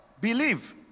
believe